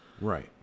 right